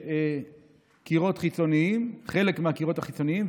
לקירות חיצוניים, חלק מהקירות החיצוניים.